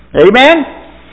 Amen